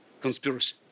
conspiracy